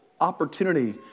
opportunity